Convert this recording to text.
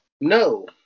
No